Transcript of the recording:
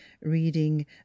reading